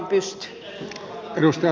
arvoisa puhemies